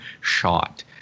shot